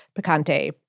picante